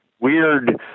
weird